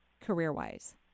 career-wise